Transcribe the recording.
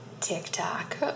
TikTok